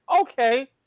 Okay